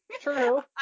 True